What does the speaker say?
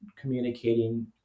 communicating